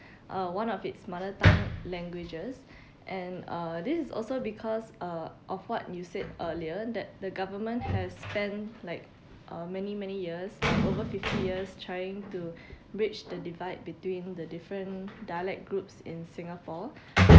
uh one of its mother tongue languages and uh this is also because uh of what you said earlier that the government has spent like uh many many years over fifty years trying to bridge the divide between the different dialect groups in singapore